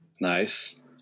Nice